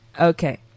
Okay